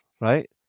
right